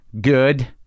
good